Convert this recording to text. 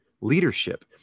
leadership